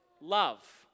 love